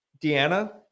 Deanna